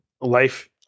life